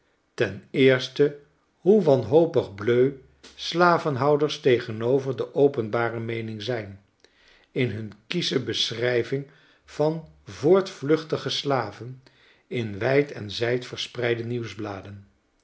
ten eerste hoe wanhopig bleu slavenhouders tegenover de openbare meening zijn in hun kiesche beschrijving van voortvluchtige slaven in wijd en zijd verspreide